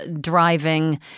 driving